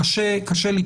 קשה לתמוך בו.